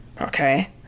Okay